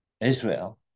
Israel